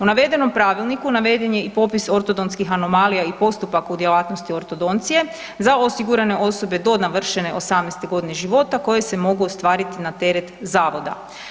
U navedenom pravilniku naveden je i popis ortodonskih anomalija i postupaka u djelatnosti ortodoncije za osigurane osobe do navršene 18.godine života koje se mogu ostvariti na teret zavoda.